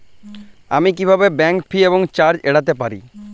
আমি কিভাবে bank fee এবং চার্জ এড়াতে পারি?